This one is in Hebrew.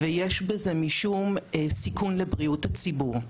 ויש בזה משום סיכון לבריאות הציבור.